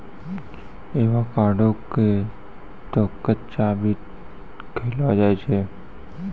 avocado क तॅ कच्चा भी खैलो जाय छै